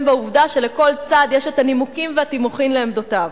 בעובדה שלכל צד יש את הנימוקים והתימוכין לעמדותיו,